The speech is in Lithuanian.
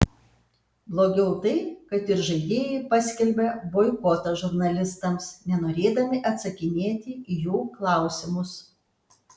blogiau tai kad ir žaidėjai paskelbė boikotą žurnalistams nenorėdami atsakinėti į jų klausimus